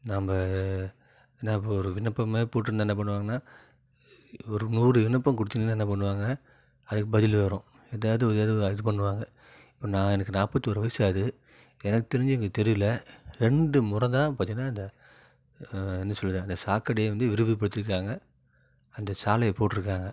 நம்ம நம்ம ஒரு விண்ணப்பம் போட்டுருந்தால் என்னாப் பண்ணுவாங்கனா ஒரு நூறு விண்ணப்பம் கொடுத்திருந்தா என்னாப் பண்ணுவாங்க அதுக்கு பதில் வரும் எதாவது எதாவது இது பண்ணுவாங்க இப்போ நான் எனக்கு நாற்பத்தி ஒரு வயது எனக்கு தெரிஞ்சி எங்கள் தெருவில் ரெண்டு முறைதான் பார்த்திங்கனா இந்த என்ன சொல்கிறது அந்த சாக்கடையே வந்து விரிவுப்படித்திருக்காங்க அந்த சாலையை போட்டுருக்காங்க